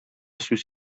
сүз